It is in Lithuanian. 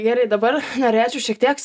gerai dabar norėčiau šiek tiek